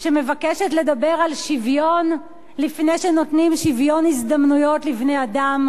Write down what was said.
שמבקשת לדבר על שוויון לפני שנותנים שוויון הזדמנויות לבני-אדם.